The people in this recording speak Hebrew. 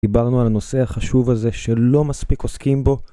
דיברנו על הנושא החשוב הזה שלא מספיק עוסקים בו